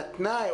שהתנאי,